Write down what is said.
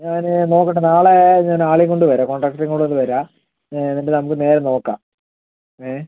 ഞാൻ നോക്കട്ടെ നാളേ ഞാൻ ആളെയും കൊണ്ട് വരാം കോൺട്രാക്ടറെയും കൊണ്ട് ഒന്ന് വരാം എന്നിട്ട് നമുക്ക് നേരെ നോക്കാം ഏ